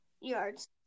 yards